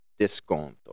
desconto